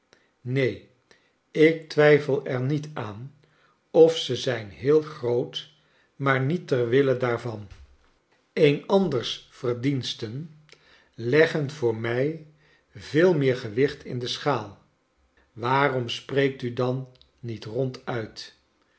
neen i ik twijfel er niet aan of ze zijn heel groot maar niet ter wille daarvan eens anders verdiensten leggen voor mij veel meer gewicht in de schaal waarom spreekt u dan niet